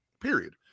period